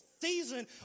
season